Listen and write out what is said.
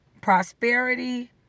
prosperity